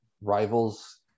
rival's